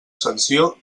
sanció